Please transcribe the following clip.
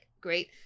great